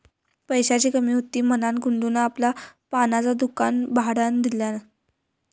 पैशाची कमी हुती म्हणान गुड्डून आपला पानांचा दुकान भाड्यार दिल्यान